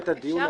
חייבת